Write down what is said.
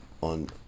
On